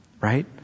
Right